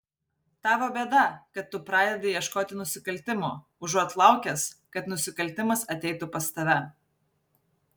tavo bėda kad tu pradedi ieškoti nusikaltimo užuot laukęs kad nusikaltimas ateitų pas tave